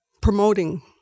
promoting